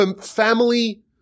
family